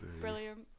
brilliant